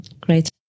Great